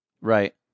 Right